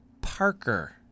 Parker